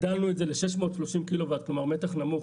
הגדלנו את זה ל-630 קילו וואט, כלומר, מתח נמוך.